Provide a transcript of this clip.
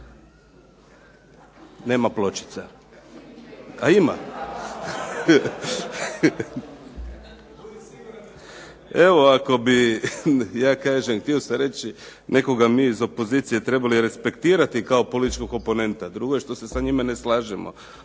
Nema pločica, a ima. Evo, ako bi, ja kažem, htio sam reći nekoga mi iz opozicije trebali respektirati kao političkog oponenta. Drugo je što se sa njime ne slažemo.